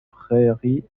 prairies